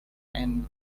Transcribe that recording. and